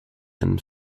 and